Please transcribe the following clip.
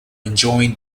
enjoying